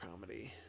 comedy